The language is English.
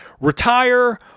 retire